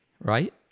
Right